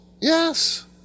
Yes